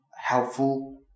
helpful